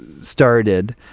started